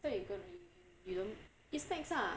I thought you gonna eat eat snacks ah